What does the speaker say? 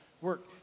work